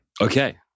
Okay